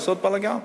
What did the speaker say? לעשות בלגן.